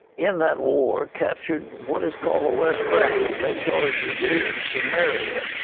in that war, captured what is called the west bank. and they called judea and samaria.